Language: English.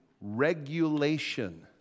regulation